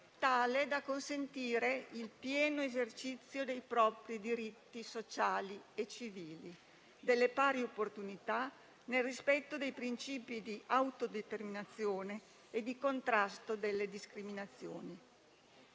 tale da consentire il pieno esercizio dei propri diritti sociali e civili e delle pari opportunità, nel rispetto dei principi di autodeterminazione e di contrasto delle discriminazioni.